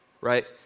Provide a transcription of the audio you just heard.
right